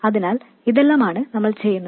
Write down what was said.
അതിനാൽ ഇതെല്ലാമാണ് നമ്മൾ ചെയ്യുന്നത്